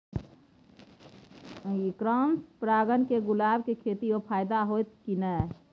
Cross परागण से गुलाब के खेती म फायदा होयत की नय?